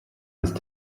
ist